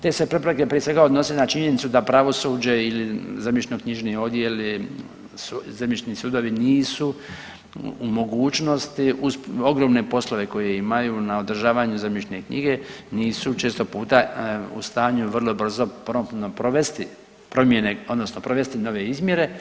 Te se prepreke prije svega odnose na činjenicu da pravosuđe ili zemljišno-knjižni odjeli, zemljišni sudovi nisu u mogućnosti uz ogromne poslove koje imaju na održavanju zemljišne knjige nisu često puta u stanju vrlo brzo promptno provesti promjene, odnosno provesti nove izmjere.